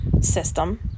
system